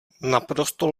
naprosto